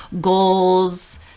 goals